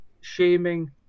shaming